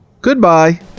Goodbye